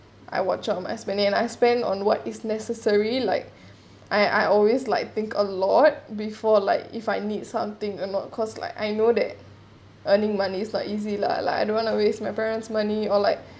I watch on my spending and I spend on what is necessary like I I always like think a lot before like if I need something or not cause like I know that earning money is not easy lah like I don't want to waste my parents' money or like